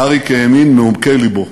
אריק האמין בעומקי לבו.